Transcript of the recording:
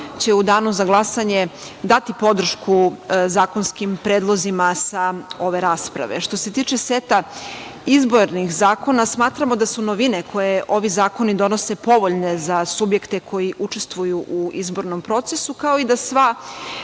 će u danu za glasanje dati podršku zakonskim predlozima sa ove rasprave. Što se tiče seta izbornih zakona, smatramo da su novine koje ovi zakoni donose povoljne za subjekte koji učestvuju u izbornom procesu, kao i da sva